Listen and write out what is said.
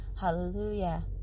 Hallelujah